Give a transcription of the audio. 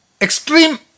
extreme